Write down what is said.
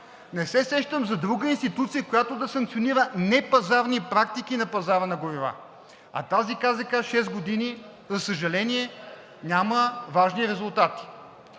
Не се сещам за друга институция, която да санкционира непазарни практики на пазара на горива, а тази КЗК шест години, за съжаление, няма важни резултати.